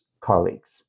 colleagues